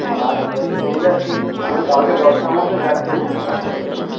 আচ্ছা ঠিক আছে আমি কালকে দশটার মধ্যে যাচ্ছি হ্যাঁ রাখছি এখন হ্যাঁ